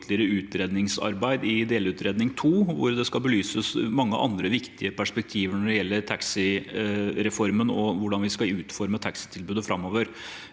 utredningsarbeid i delutredning to, hvor det skal belyses mange andre viktige perspektiver når det gjelder taxireformen, og hvordan vi skal utforme taxitilbudet framover.